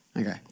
Okay